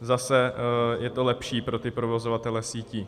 Zase je to lepší pro provozovatele sítí.